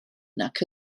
nac